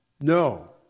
No